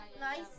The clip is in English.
Nice